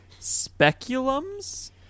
Speculums